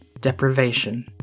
Deprivation